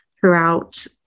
throughout